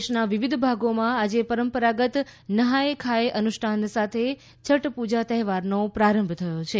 દેશના વિવિધ ભાગોમાં આજે પરંપરાગત નહાચે ખાયે અનુષ્ઠાન સાથે છઠ્ઠ પુજા તહેવારનો પ્રારંભ થયો છે